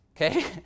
okay